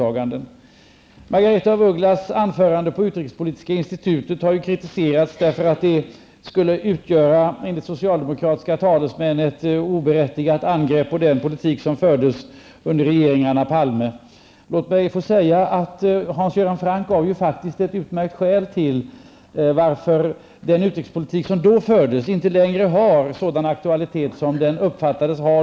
Det anförande som Margaretha af Ugglas hållit på utrikespolitiska institutet har kritiserats. Enligt socialdemokratiska talesmän skulle det utgöra ett oberättigat angrepp mot den politik som fördes under Palmeregeringarnas tid. Hans Göran Franck angav faktiskt ett utmärkt skäl till att den utrikespolitik som under nämnda tid fördes inte längre anses ha den aktualitet som den då uppfattades ha.